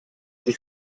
die